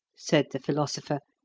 said the philosopher,